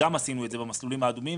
עשינו את זה גם במסלולים האדומים,